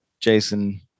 Jason